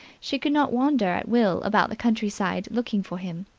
she could not wander at will about the countryside, looking for him.